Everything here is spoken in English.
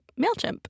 MailChimp